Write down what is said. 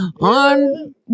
on